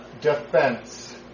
defense